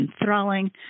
enthralling